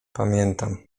pamiętam